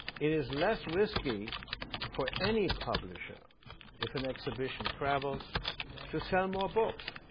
it is less risky for any publisher if an exhibition travels to sell more books,